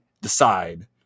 Decide